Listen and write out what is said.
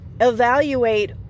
evaluate